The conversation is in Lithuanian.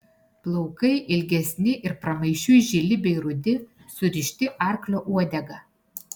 plaukai ilgesni ir pramaišiui žili bei rudi surišti arklio uodega